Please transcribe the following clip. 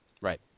Right